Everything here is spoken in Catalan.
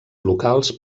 locals